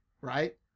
Right